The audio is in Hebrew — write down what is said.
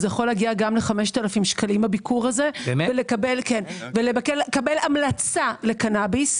זה יכול להגיע גם ל-5,000 שקלים הביקור הזה ולקבל המלצה לקנאביס.